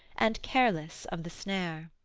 and careless of the snare.